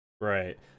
Right